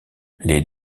les